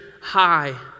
high